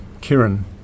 Kieran